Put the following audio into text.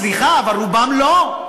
סליחה, רובם לא.